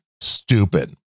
stupid